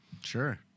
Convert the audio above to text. Sure